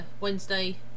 Wednesday